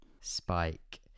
Spike